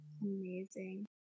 Amazing